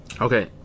okay